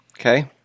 Okay